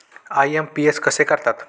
IMPS कसे करतात?